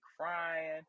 crying